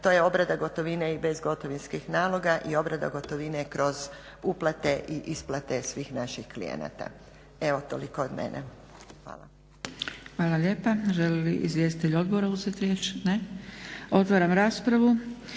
To je obrada gotovine i bezgotovinskih naloga i obrada gotovine kroz uplate i isplate svih naših klijenata. Evo toliko od mene. Hvala. **Zgrebec, Dragica (SDP)** Hvala lijepa. Žele li izvjestitelji odbora uzeti riječ? Ne. Otvaram raspravu.